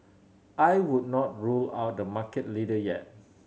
I would not rule out the market leader yet